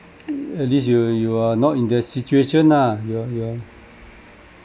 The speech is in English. at least you you are not in their situation ah you're you're